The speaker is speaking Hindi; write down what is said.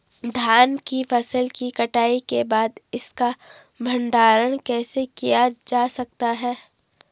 धान की फसल की कटाई के बाद इसका भंडारण कैसे किया जा सकता है?